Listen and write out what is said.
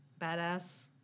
badass